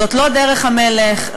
זאת לא דרך המלך.